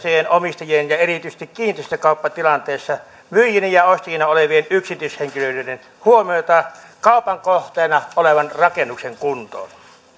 ja kiinteistöjen omistajien ja erityisesti kiinteistökauppatilanteessa myyjinä ja ostajina olevien yksityishenkilöiden huomiota kaupan kohteena olevan rakennuksen kuntoon